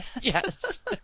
Yes